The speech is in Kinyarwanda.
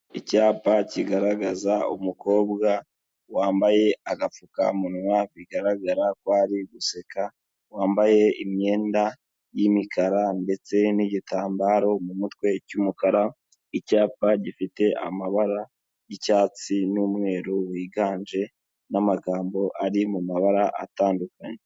Icyapa kigaragaza umukobwa wambaye agapfukamunwa bigaragara ko ari guseka, wambaye imyenda y'imikara ndetse n'igitambaro mu mutwe cy'umukara, icyapa gifite amabara y'icyatsi n'umweru wiganje n'amagambo ari mu mabara atandukanye.